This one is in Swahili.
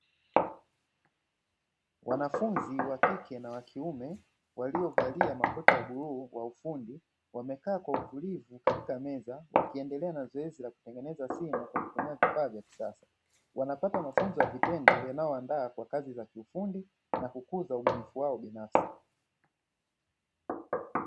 Wanafunzi wa kike na wa kiume waliovalia makoti ya bluu ya ufundi, wamekaa kwa utulivu katika meza wakiendelea na zoezi la kutengeneza simu kwa kutumia vifaa vya kisasa. Wanapata mafunzo ya vitendo yanayowaandaa kwa kazi za kiufundi na kukuza ubunifu wao binafsi.